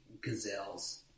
gazelles